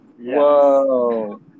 Whoa